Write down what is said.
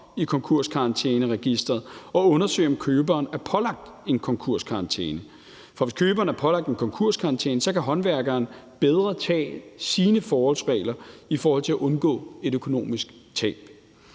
i konkurskarantæneregisteret og undersøge, om køberen er pålagt en konkurskarantæne, for hvis køberen er pålagt en konkurskarantæne, kan håndværkeren bedre tage sine forholdsregler i forhold til at undgå et økonomisk tab.